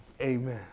amen